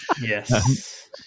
Yes